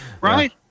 right